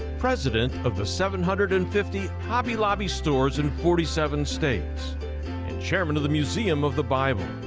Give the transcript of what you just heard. president of the seven hundred and fifty hobby lobby stores in forty seven states, and chairman of the museum of the bible.